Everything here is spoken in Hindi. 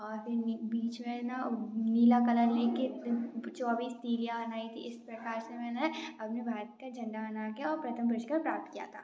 और फिर बीच में ना नीला कलर लेकर चौबीस तिरिया बनाई थीं इस प्रकार से मैंने अपने भारत का झंडा बना कर और प्रथम पुरूस्कार प्राप्त किया था